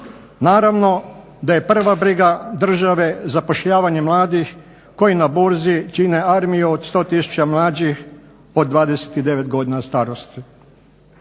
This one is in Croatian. Naravno da je prva briga države zapošljavanje mladih koji na burzi čine armiju od 100 tisuća mlađih od 29 godina starosti.